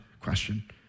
question